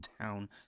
town